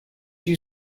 you